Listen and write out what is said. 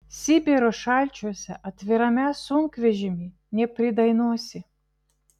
sibiro šalčiuose atvirame sunkvežimy nepridainuosi